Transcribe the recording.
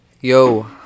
Yo